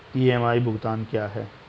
EMI भुगतान क्या है?